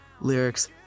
lyrics